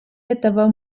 этого